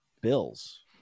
Bills